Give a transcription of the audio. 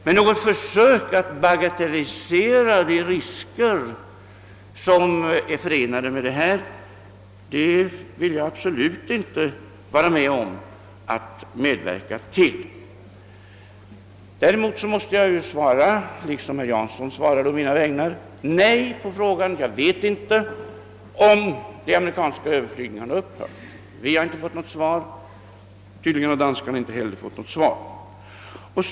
Jag vill absolut inte medverka till att försöka bagatellisera de risker som är förenade med dylika överflygningar. Däremot måste jag, liksom herr Jansson gjorde på mina vägnar, svara nej på frågan om jag vet huruvida de amerikanska överflygningarna upphört. Vi har inte fått något besked och tydligen har inte danskarna heller fått det. Herr talman!